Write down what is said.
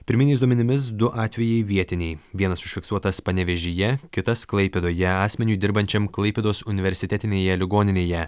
pirminiais duomenimis du atvejai vietiniai vienas užfiksuotas panevėžyje kitas klaipėdoje asmeniui dirbančiam klaipėdos universitetinėje ligoninėje